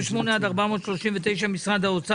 עצרנו פה איזה הצבעה קודם לקבל הבהרות על קרן מודרי אשראי.